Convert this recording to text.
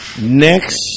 next